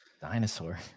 dinosaur